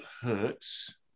hurts